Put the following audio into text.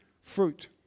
fruit